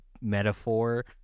metaphor